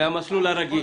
מהמסלול הרגיל.